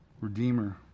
redeemer